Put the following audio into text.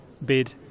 bid